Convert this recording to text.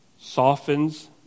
softens